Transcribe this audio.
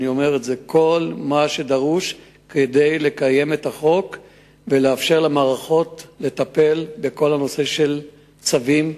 כל מה שדרוש כדי לקיים את החוק ולאפשר למערכות לטפל בכל הנושא של צווים,